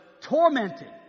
tormented